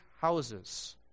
houses